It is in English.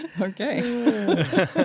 Okay